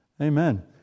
Amen